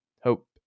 hope